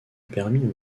permis